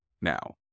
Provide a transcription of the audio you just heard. now